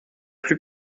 plus